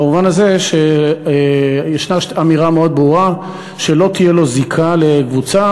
במובן הזה שישנה אמירה מאוד ברורה שלא תהיה לו זיקה לקבוצה,